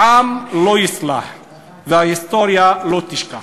העם לא יסלח וההיסטוריה לא תשכח.